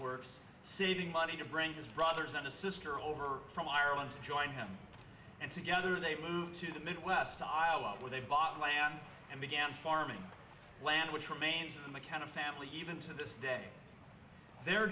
works saving money to bring his brothers and a sister over from ireland to join him and together they moved to the midwest where they bought land and began farming land which remained a kind of family even to this day the